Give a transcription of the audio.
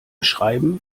schreiben